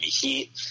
Heat